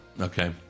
Okay